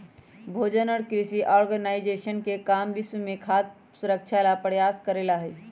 भोजन और कृषि ऑर्गेनाइजेशन के काम विश्व में खाद्य सुरक्षा ला प्रयास करे ला हई